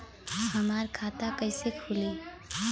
हमार खाता कईसे खुली?